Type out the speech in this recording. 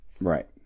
Right